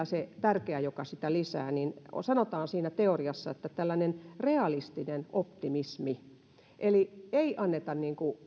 se tärkeä joka sitä lisää niin teoriassa sanotaan että tällainen realistinen optimismi eli ei anneta